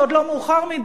זה עוד לא מאוחר מדי.